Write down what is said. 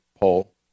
poll